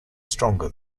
stronger